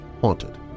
haunted